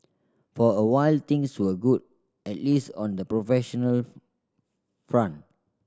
for a while things were good at least on the professional front